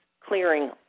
clearing